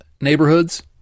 neighborhoods